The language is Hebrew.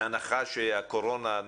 בהנחה שאין קורונה.